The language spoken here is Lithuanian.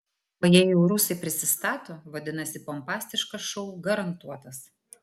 o jei jau rusai prisistato vadinasi pompastiškas šou garantuotas